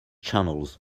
channels